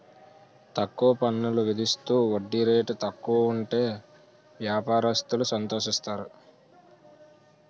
తక్కువ పన్నులు విధిస్తూ వడ్డీ రేటు తక్కువ ఉంటే వ్యాపారస్తులు సంతోషిస్తారు